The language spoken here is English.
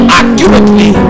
accurately